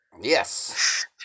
Yes